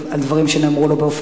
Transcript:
שנלר: